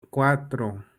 cuatro